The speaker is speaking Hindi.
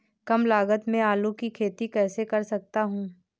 कम लागत में आलू की खेती कैसे कर सकता हूँ?